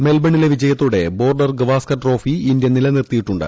മെൽബണിലെ വിജയത്തോടെ Border Gavaskar trophy India നിലനിർ ത്തിയിട്ടുണ്ട്